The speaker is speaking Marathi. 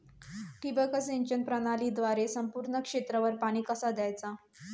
ठिबक सिंचन प्रणालीद्वारे संपूर्ण क्षेत्रावर पाणी कसा दयाचा?